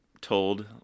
told